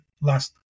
last